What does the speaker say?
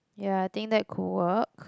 ya I think that could work